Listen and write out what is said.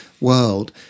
world